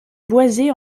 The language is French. boisés